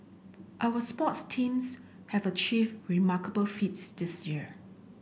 our sports teams have achieved remarkable feats this year